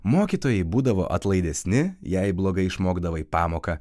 mokytojai būdavo atlaidesni jei blogai išmokdavai pamoką